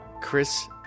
chris